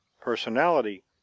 Personality